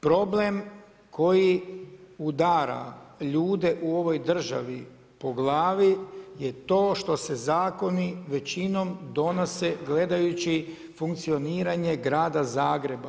Problem koji udara ljude u ovoj državi po glavi je to što se zakoni većinom donose gledajući funkcioniranje Grada Zagreba.